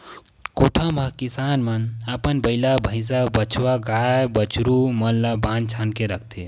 कोठा म किसान मन अपन बइला, भइसा, बछवा, गाय, बछरू मन ल बांध छांद के रखथे